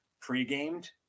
pre-gamed